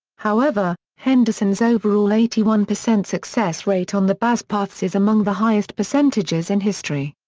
however, henderson's overall eighty one percent success rate on the basepaths is among the highest percentages in history.